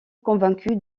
convaincu